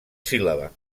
síl·laba